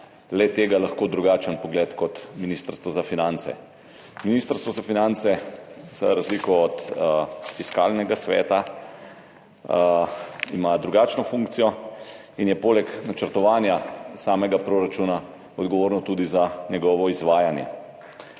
le-tega drugačen pogled kot Ministrstvo za finance. Ministrstvo za finance ima, za razliko od Fiskalnega sveta, drugačno funkcijo in je poleg načrtovanja samega proračuna odgovorno tudi za njegovo izvajanje.